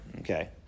Okay